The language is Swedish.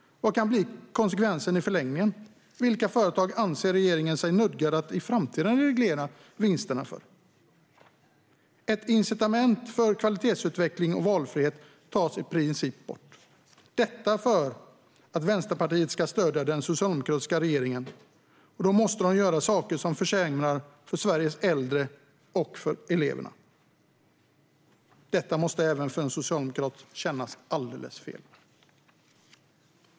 Vad kan bli konsekvensen i förlängningen? Vilka företag anser sig regeringen nödgad att i framtiden reglera vinsterna för? Ett incitament för kvalitetsutveckling och valfrihet tas i princip bort. Detta sker för att Vänsterpartiet ska stödja den socialdemokratiska regeringen. Då måste den göra saker som försämrar för Sveriges äldre och för eleverna. Detta måste även för en socialdemokrat kännas alldeles fel.